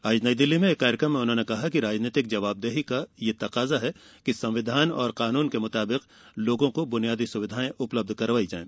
आज नई दिल्ली में एक कार्यक्रम में कहा कि राजनैतिक जवाबदेही का यह तकाजा है कि संविधान और कानून के मुताबिक लोगों को बुनियादी सुविधाएं उपलब्ध कराई जाये